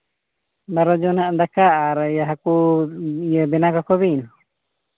ᱵᱟᱨᱚ ᱡᱚᱱᱟᱜ ᱫᱟᱠᱟ ᱟᱨ ᱤᱭᱟᱹ ᱦᱟᱹᱠᱩ ᱤᱭᱟᱹ ᱵᱮᱱᱟᱣ ᱠᱟᱠᱚ ᱵᱤᱱ